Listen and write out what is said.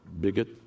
bigot